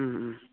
उम उम